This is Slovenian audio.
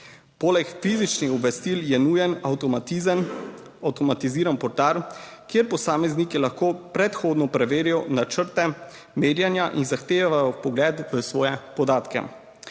Poleg fizičnih obvestil je nujen avtomatizem, avtomatiziran portal, kjer posamezniki lahko predhodno preverijo načrte. Merjenja in zahtevajo vpogled v svoje podatke.